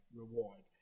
reward